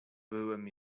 byłem